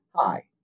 Hi